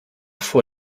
vor